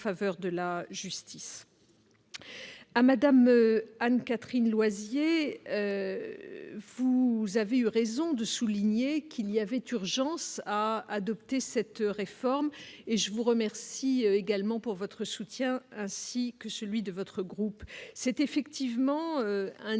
faveur de la justice à Madame Anne-Catherine loisirs et Fouzia vive raison de souligner qu'il y avait urgence à adopter cette réforme, et je vous remercie également pour votre soutien ainsi que celui de votre groupe, c'est effectivement un